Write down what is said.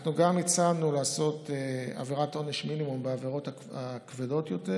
שאנחנו גם הצענו לעשות עבירת עונש מינימום בעבירות הכבדות יותר